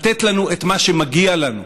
את מה שמגיע לנו,